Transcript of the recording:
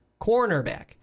cornerback